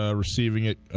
ah receiving it,